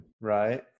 right